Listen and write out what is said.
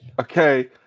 okay